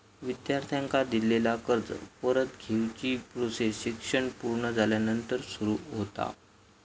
विद्यार्थ्यांका दिलेला कर्ज परत घेवची प्रोसेस शिक्षण पुर्ण झाल्यानंतर सुरू होता